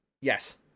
Yes